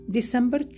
December